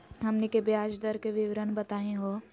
हमनी के ब्याज दर के विवरण बताही हो?